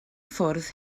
ffwrdd